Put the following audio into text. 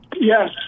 Yes